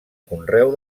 conreu